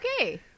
Okay